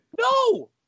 No